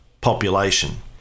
population